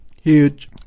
huge